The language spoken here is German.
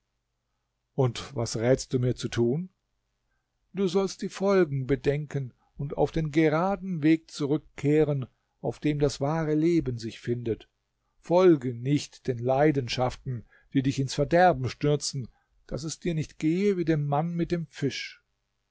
und was rätst du mir zu tun du sollst die folgen bedenken und auf den geraden weg zurückkehren auf dem das wahre leben sich findet folge nicht den leidenschaften die dich ins verderben stürzen daß es dir nicht gehe wie dem mann mit dem fisch